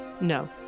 No